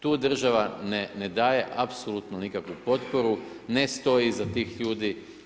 Tu država ne daje apsolutno nikakvu potporu, ne stoji iza tih ljudi.